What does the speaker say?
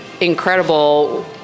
incredible